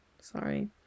Sorry